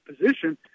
position